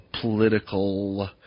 political